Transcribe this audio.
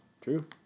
True